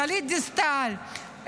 גלית דיסטל,